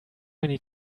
many